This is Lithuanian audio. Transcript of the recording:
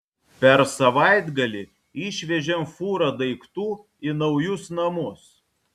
per savaitgalį išvežėm fūrą daiktų į naujus namus